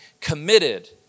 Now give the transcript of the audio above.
committed